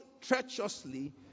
treacherously